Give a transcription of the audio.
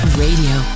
radio